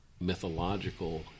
mythological